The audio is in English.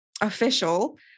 official